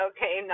Okay